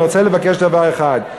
אני רוצה לבקש דבר אחד: